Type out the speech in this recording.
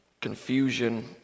confusion